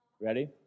Ready